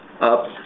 up